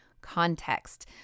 context